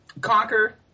Conquer